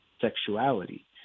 sexuality